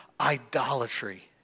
idolatry